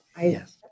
Yes